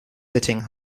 sitting